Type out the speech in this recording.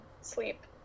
sleep